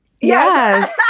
Yes